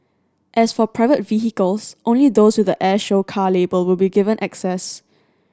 as for private vehicles only those with the air show car label will be given access